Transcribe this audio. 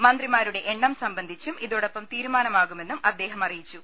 മന്ത്രിമാരുടെ എണ്ണം സംബന്ധിച്ചും ഇതോടൊപ്പം തീരുമാനമാകുമെന്നും അദ്ദേഹം അറിയിച്ചു